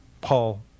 Paul